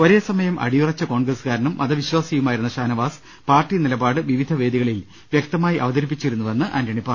ഒരേ സമയം അടിയുറച്ച കോൺഗ്ര സുകാരനും മതവിശ്വാസിയുമായിരുന്ന ഷാനവാസ് പാർട്ടി നിലപാട് വിവിധ വേദി കളിൽ വ്യക്തമായി അവതരിപ്പിച്ചിരുന്നുവെന്ന് ആന്റണി പറഞ്ഞു